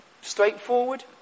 straightforward